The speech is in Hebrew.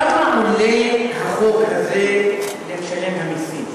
כמה עולה החוק הזה למשלם המסים?